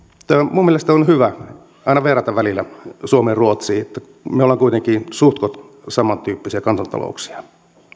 minun mielestäni on on hyvä aina verrata välillä suomea ruotsiin me olemme kuitenkin suhtkoht samantyyppisiä kansantalouksia